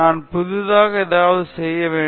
நான் புதிதாக ஏதாவது செய்ய வேண்டும்